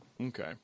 Okay